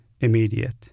Immediate